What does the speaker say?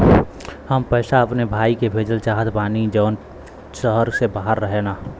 हम पैसा अपने भाई के भेजल चाहत बानी जौन शहर से बाहर रहेलन